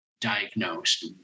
diagnosed